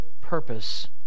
purpose